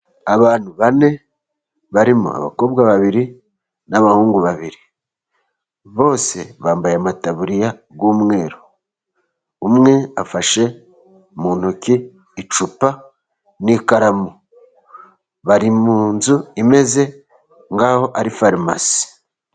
Abantu bane barimo abakobwa babiri n'abahungu babiri, bose bambaye amataburiya y'umweru. Umwe afashe mu ntoki icupa n'ikaramu bari mu nzu imeze nkaho ari farumasi.